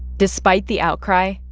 despite the outcry,